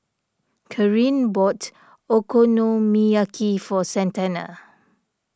Kareen bought Okonomiyaki for Santana